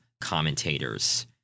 commentators